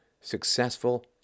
successful